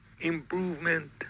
improvement